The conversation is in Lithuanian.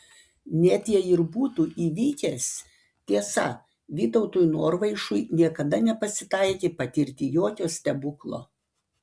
net jei ir būtų įvykęs tiesa vytautui norvaišui niekada nepasitaikė patirti jokio stebuklo